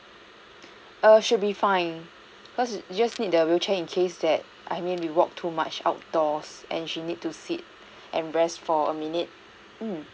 err should be fine cause just need the wheelchair in case that I mean we walked too much outdoors and she need to sit and rest for a minute mm